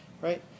right